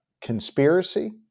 conspiracy